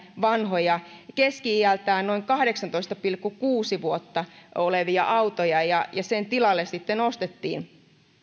vanhoja keski iältään noin kahdeksantoista pilkku kuusi vuotta olevia autoja ja tilalle sitten ostettiin